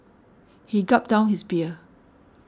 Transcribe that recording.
he gulped down his beer